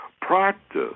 Practice